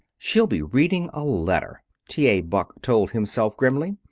she'll be reading a letter, t. a. buck told himself grimly.